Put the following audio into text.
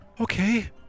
okay